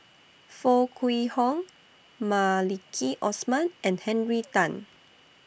Foo Kwee Horng Maliki Osman and Henry Tan